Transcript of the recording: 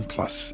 Plus